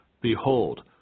Behold